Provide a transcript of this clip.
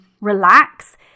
relax